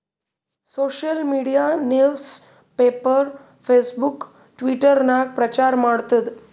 social media newspaper, Facebook, Twitter ನಾಗ್ ಪ್ರಚಾರ್ ಮಾಡ್ತುದ್